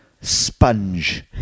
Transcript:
sponge